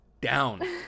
down